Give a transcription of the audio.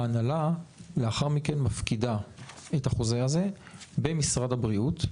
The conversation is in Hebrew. ההנהלה לאחר מכן מפקידה את החוזה הזה במשרד הבריאות,